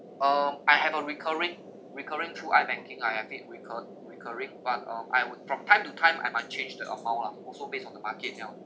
um I have a recurring recurring through I banking I have it recur~ recurring but um I would from time to time I might change the amount lah also based on the market now